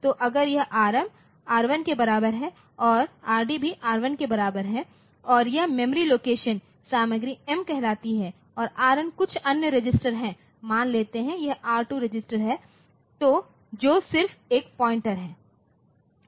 तो अगर यह Rm R1 के बराबर है और Rd भी R1 के बराबर है और यह मेमोरी लोकेशन सामग्री M कहलाती है और Rn कुछ अन्य रजिस्टर है मान लेता है यह R2 रजिस्टर है जो सिर्फ एक पॉइंटर है